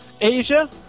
Asia